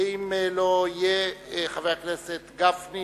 ואם הוא לא יהיה, חבר הכנסת גפני